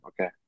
okay